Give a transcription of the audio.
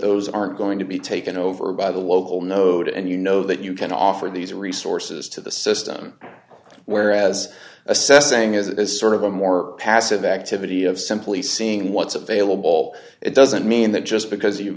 those aren't going to be taken over by the local noda and you know that you can offer these resources to the system whereas assessing is it is sort of a more passive activity of simply seeing what's available it doesn't mean that just because you've